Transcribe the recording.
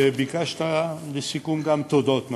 וביקשת לסיכום גם תודות,